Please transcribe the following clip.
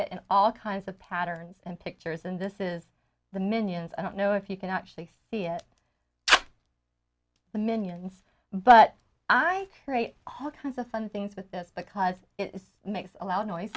it in all kinds of patterns and pictures and this is the minions i don't know if you can actually see it the minions but i write all kinds of fun things with this because it is makes a loud noise